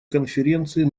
конференции